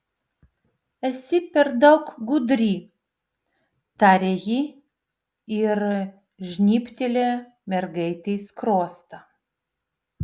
esi per daug gudri tarė ji ir žnybtelėjo mergaitei skruostą